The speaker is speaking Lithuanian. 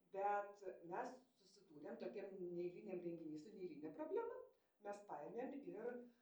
bet mes susidūrėm tokiam neeiliniam renginy su neeiline problema mes paėmėm ir